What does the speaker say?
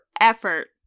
effort